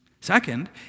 Second